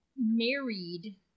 married